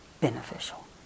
beneficial